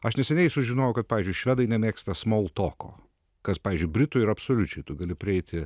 aš neseniai sužinojau kad pavyzdžiui švedai nemėgsta small talko kas pavyzdžiui britui absoliučiai tu gali prieiti